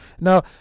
Now